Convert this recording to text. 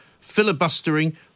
filibustering